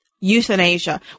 euthanasia